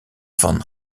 van